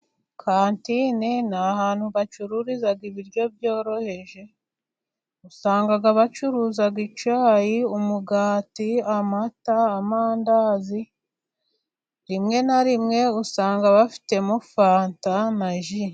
Katine ni ahantu bacururiza ibiryo byoroheje usanga bacuruza icyayi, umugati, amata, amandazi rimwe na rimwe usanga bafitemo fanta na ji.